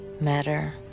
matter